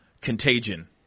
Contagion